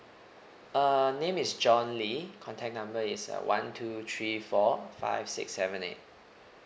uh name is john lee contact number is uh one two three four five six seven eight